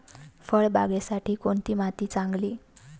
फळबागेसाठी कोणती माती चांगली?